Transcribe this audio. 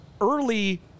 early